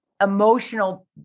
emotional